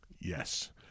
Yes